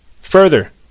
further